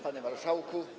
Panie Marszałku!